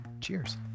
Cheers